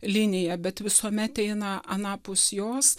linija bet visuomet eina anapus jos